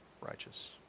righteous